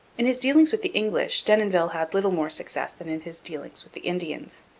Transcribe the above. in his dealings with the english denonville had little more success than in his dealings with the indians.